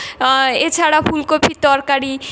এছাড়া ফুলকপির তরকারি